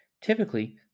Typically